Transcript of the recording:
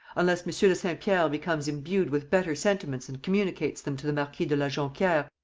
unless monsieur de saint-pierre becomes imbued with better sentiments and communicates them to the marquis de la jonquiere,